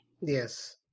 yes